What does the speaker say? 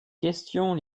questions